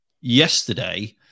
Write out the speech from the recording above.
yesterday